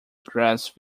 grass